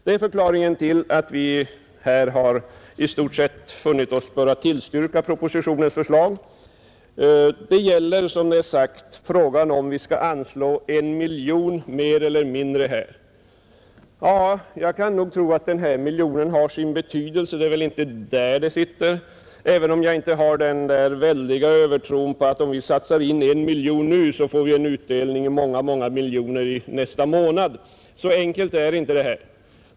Det är förklaringen till att vi inom utskottet i stort sett funnit oss böra tillstyrka propositionens förslag. Frågan här gäller som sagt om vi skall anslå 1 miljon kronor mer eller mindre. Den här miljonen kan nog ha sin betydelse. Det är väl inte heller det som här är det avgörande, även om jag inte har den där tveklösa övertron på att om vi satsar 1 miljon nu så får vi en utdelning på många miljoner nästa månad. Så enkelt är det inte.